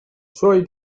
suoi